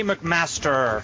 McMaster